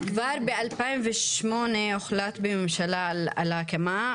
כבר ב-2008 הוחלט בממשלה על ההקמה,